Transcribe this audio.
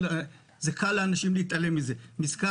כי זה חשוב וקל לאנשים להתעלם מזה מזכר